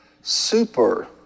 Super